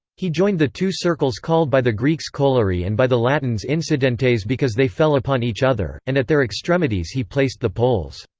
he joined the two circles called by the greeks coluri and by the latins incidentes because they fell upon each other, and at their extremities he placed the poles.